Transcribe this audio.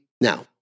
Now